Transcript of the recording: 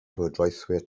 llywodraethwyr